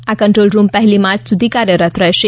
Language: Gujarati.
આ કન્ટ્રોલ રૂમ પહેલી માર્ચ સુધી કાર્યરત રહેશે